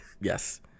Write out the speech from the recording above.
Yes